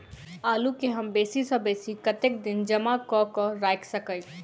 आलु केँ हम बेसी सऽ बेसी कतेक दिन जमा कऽ क राइख सकय